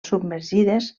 submergides